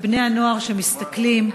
ובני-הנוער שמסתכלים וצוחקים,